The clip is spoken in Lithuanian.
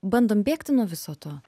bandom bėgti nuo viso to